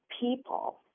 people –